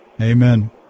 Amen